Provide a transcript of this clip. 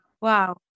Wow